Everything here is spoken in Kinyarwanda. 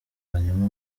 hanyuma